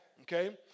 okay